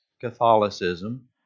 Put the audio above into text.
Catholicism